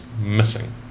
missing